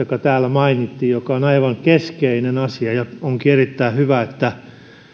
joka täällä mainittiin ja joka on aivan keskeinen asia onkin erittäin hyvä että